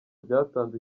byatanze